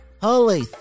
Holy